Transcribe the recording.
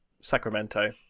sacramento